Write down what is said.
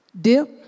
dip